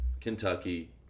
Kentucky